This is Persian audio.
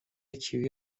کیوی